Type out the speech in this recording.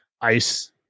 ice